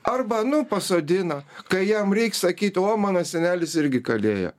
arba nu pasodina kai jam reik sakyt o mano senelis irgi kalėjo